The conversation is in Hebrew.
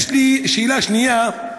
יש לי שאלה שנייה: